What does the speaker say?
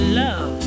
love